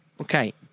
Okay